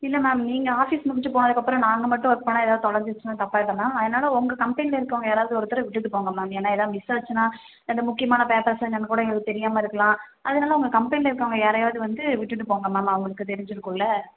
இல்லை மேம் நீங்கள் ஆஃபீஸ் முடிச்சு போனதுக்கப்புறம் நாங்கள் மட்டும் ஒர்க் பண்ணால் எதாவது தொலைஞ்சிருச்சுனா தப்பாயிடும் மேம் அதனால் உங்க கம்பெனியில இருக்கிறவங்க யாராவது ஒருத்தவரை விட்டுவிட்டு போங்கள் மேம் ஏன்னா எதாவது மிஸ் ஆச்சுன்னா எதுவும் முக்கியமான பேப்பர்ஸாக என்னான்னு கூட எங்களுக்கு தெரியாமல் இருக்கலாம் அதனால உங்கள் கம்பெனியில இருக்கிறவங்க யாரையாவது வந்து விட்டுவிட்டு போங்கள் மேம் அவங்களுக்கு தெரிஞ்சிருக்கும்ல